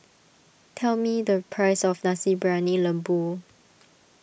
tell me the price of Nasi Briyani Lembu